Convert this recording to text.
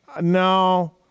No